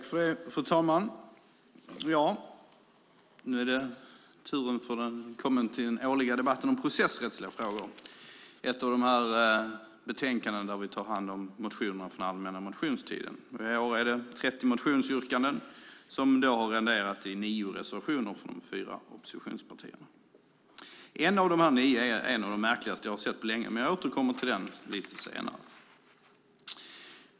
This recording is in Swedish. Fru talman! Nu har turen kommit till den årliga debatten om processrättsliga frågor. Det är ett av de betänkanden där vi behandlar motioner från allmänna motionstiden. I år har vi 30 motionsyrkanden från den allmänna motionsperioden förra året som behandlas och dessa har föranlett nio reservationer från de fyra oppositionspartierna. En av dessa nio är en av de märkligaste som jag har sett på länge, men jag återkommer till den lite senare.